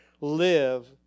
live